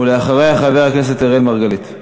ולאחריה, חבר הכנסת אראל מרגלית.